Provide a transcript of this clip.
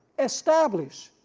establish,